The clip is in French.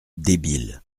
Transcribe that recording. débile